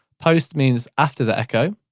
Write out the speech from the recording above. post means after the echo,